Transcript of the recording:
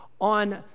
on